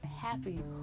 happy